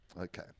Okay